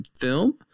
film